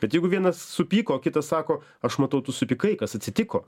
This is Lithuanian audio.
bet jeigu vienas supyko kitas sako aš matau tu supykai kas atsitiko